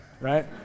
right